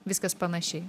viskas panašiai